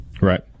Right